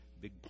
big